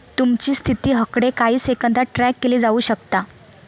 तुमची स्थिती हकडे काही सेकंदात ट्रॅक केली जाऊ शकता